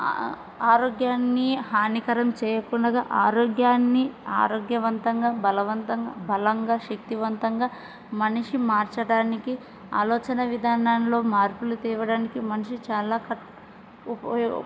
ఆరోగ్యాన్ని హానికరం చేయకుండగా ఆరోగ్యాన్ని ఆరోగ్యవంతంగా బలవంతంగా బలంగా శక్తివంతంగా మనిషి మార్చడానికి ఆలోచన విధానంలో మార్పులు తేవడానికి మనిషి చాలా క ఉప